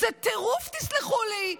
זה טירוף, תסלחו לי,